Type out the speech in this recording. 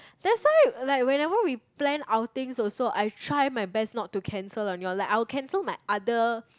that's why like whenever we plan outings also I try my best not to cancel on y'all I'll cancel like my other